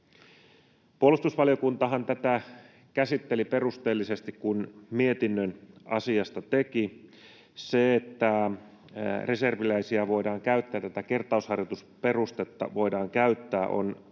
Puolustusvaliokuntahan tätä käsitteli perusteellisesti, kun mietinnön asiasta teki. Se, että reserviläisiä voidaan käyttää, tätä kertausharjoitusperustetta voidaan käyttää, ”on